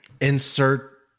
Insert